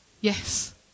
Yes